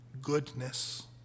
goodness